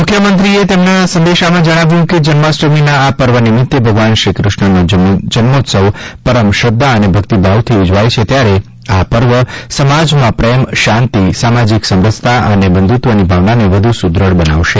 મુખ્યમંત્રીશ્રીએ શુભેચ્છા સંદેશમાં જણાવ્યુ છે કે જન્માષ્ટમીના આ પર્વ નિમિત્તે ભગવાન શ્રીકૃષ્ણનો જન્મોત્સવ પરમ શ્રદ્ધા અને ભક્તિભાવથી ઉજવાય છે ત્યારે આ પર્વ સમાજમાં પ્રેમ શાંતિ સામાજિક સમરસતા અને બંધુત્વની ભાવનાને વધુ સુદેઢ બનાવશે